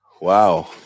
Wow